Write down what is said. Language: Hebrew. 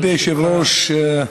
כבוד היושב-ראש,